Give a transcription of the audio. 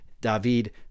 David